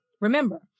remember